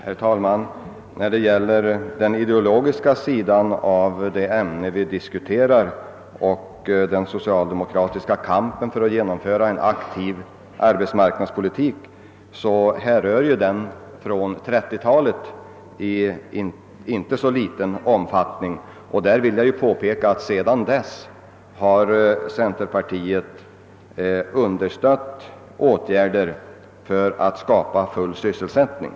Herr talman! När det gäller den ideologiska sidan av det ämne vi nu diskuterar vill jag säga att centerpartiet alltsedan 1930-talet, då det inleddes en ny era för en aktiv arbetsmarknadspolitik, har understött åtgärder för att skapa full sysselsättning.